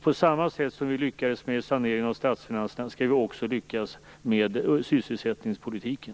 På samma sätt som vi lyckades med saneringen av statsfinanserna skall vi också lyckas med sysselsättningspolitiken.